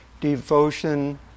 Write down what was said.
Devotion